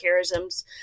charisms